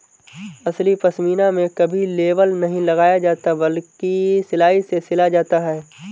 असली पश्मीना में कभी लेबल नहीं लगाया जाता बल्कि सिलाई से सिला जाता है